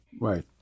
right